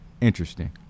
Interesting